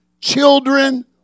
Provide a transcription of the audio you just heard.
children